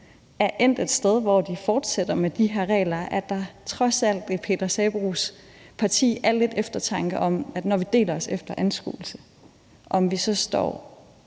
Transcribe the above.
er endt et sted, hvor de fortsætter med de her regler, så er der trods alt i Peter Sabroes parti lidt eftertanke: Når vi deler os efter anskuelse, står